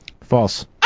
False